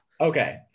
Okay